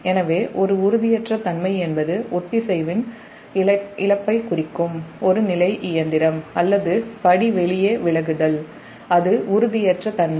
எனவே ஒரு உறுதியற்ற தன்மை என்பது ஒத்திசைவின் இழப்பைக் குறிக்கும் ஒரு நிலை இயந்திரம் அல்லது வெளியே விழுதல் அது உறுதியற்ற தன்மை